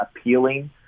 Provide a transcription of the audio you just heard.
appealing